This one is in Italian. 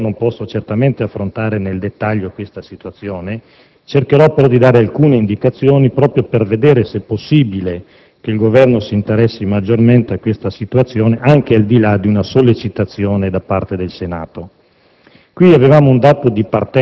Nei pochi minuti che ho non posso certamente affrontare nel dettaglio questa situazione. Cercherò però di dare alcune indicazioni, proprio per vedere se è possibile che il Governo si interessi maggiormente a questa situazione, anche al di là di una sollecitazione da parte del Senato.